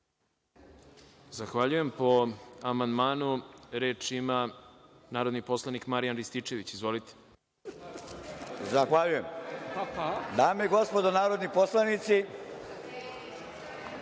Zahvaljujem. Po amandmanu reč ima narodni poslanik Marijan Rističević. **Marijan Rističević** Dame i gospodo narodni poslanici,